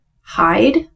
hide